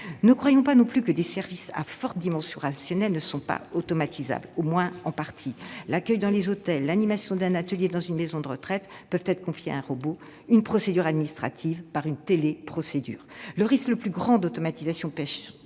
Ne croyons pas non plus que des services à forte dimension relationnelle ne soient pas automatisables, au moins en partie : l'accueil dans les hôtels ou l'animation d'un atelier dans une maison de retraite peut être confié à un robot, une procédure administrative peut être remplacée par une téléprocédure. Le plus grand risque d'automatisation pèse